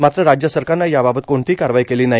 मात्र राज्य सरकारनं याबाबत कोणतीही कारवाई केली नाही